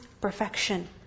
perfection